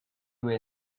were